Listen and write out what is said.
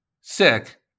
sick